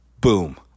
Boom